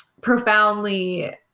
profoundly